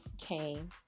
came